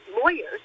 lawyers